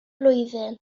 blwyddyn